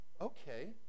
okay